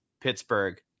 Pittsburgh